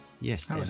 yes